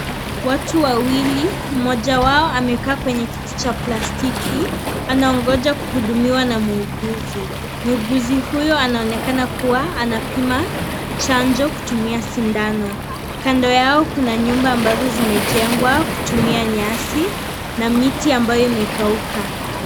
Watu wawili, mmoja wao amekaa kwenye kiti cha plastiki, anaongoja kuhudumiwa na muuguzi, muuguzi huyo anaonekana kuwa anapima chanjo, kutumia sindano, kando yao kuna nyumba ambazo zimejengwa, kutumia nyasi, na miti ambayo imekauka.